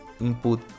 input